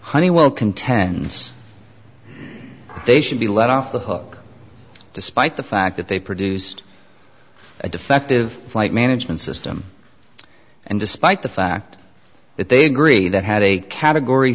honeywell contends they should be let off the hook despite the fact that they produced a defective flight management system and despite the fact that they agree that had a category